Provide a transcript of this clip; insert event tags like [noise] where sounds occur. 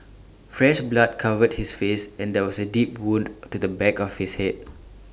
fresh blood covered his face and there was A deep wound to the back of his Head [noise]